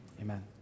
amen